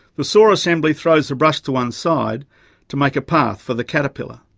the saw assembly throws the brush to one side to make a path for the caterpillar.